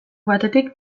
batetik